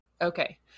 okay